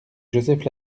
joseph